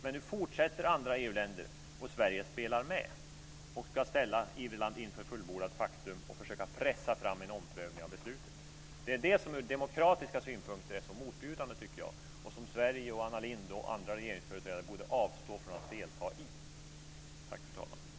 Men nu fortsätter andra EU-länder, och Sverige spelar med, och ska ställa Irland inför fullbordat faktum och försöka pressa fram en omprövning av beslutet. Det är detta som ur demokratiska synpunkter är så motbjudande, tycker jag, och som Sverige, Anna Lindh och andra regeringsföreträdare borde avstå från att delta i.